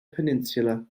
peninsula